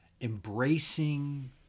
embracing